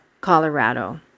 Colorado